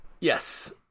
Yes